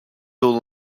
all